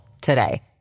today